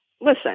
listen